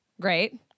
Great